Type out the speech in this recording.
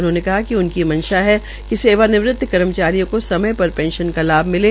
उन्होंने कहा कि उनकी मंशा है कि सेवानिवृत कर्मचारियों को समय पर पेंशन का लाभ मिले